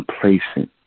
complacent